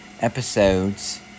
episodes